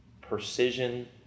Precision